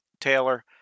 taylor